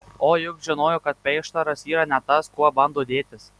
o juk žinojo kad peištaras yra ne tas kuo bando dėtis